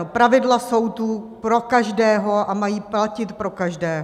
Pravidla jsou tu pro každého a mají platit pro každého.